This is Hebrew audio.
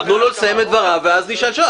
תנו לו לסיים את דבריו ואז נשאל שאלות.